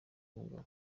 mugabo